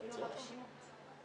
מה שלומך?